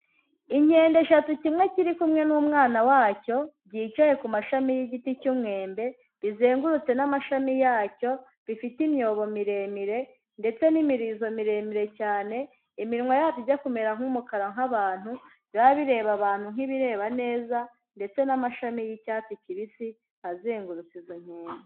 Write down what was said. Inkende eshatu kimwe kiri kumwe n'umwana wacyo, byicaye ku mashami y'igiti cy'umwembe, bizengurutse n'amashami yacyo, bifite imyobo miremire ndetse n'imirizo miremire cyane, iminwa yabyo ijya kumera nk'umukara nk'abantu, biba bireba abantu nk'ibireba neza ndetse n'amashami y'icyatsi kibisi azengurutse izo nkede.